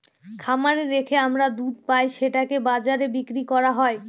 খামারে রেখে আমরা দুধ পাই সেটাকে বাজারে বিক্রি করা হয়